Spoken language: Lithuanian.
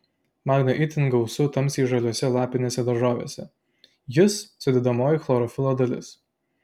magnio itin gausu tamsiai žaliose lapinėse daržovėse jis sudedamoji chlorofilo dalis